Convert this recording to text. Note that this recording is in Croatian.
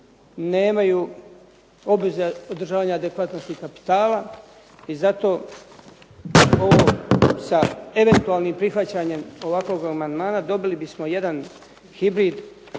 nemaju obveza održavanja adekvatnosti kapitala i zato ovo sa eventualnim prihvaćanjem ovakvog amandmana dobili bismo jedan hibrid